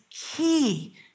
key